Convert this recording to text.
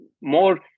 more